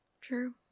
True